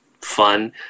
fun